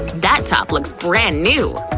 that top looks brand new!